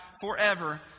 forever